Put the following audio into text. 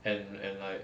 and and like